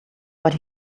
but